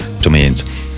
domains